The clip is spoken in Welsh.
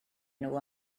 nhw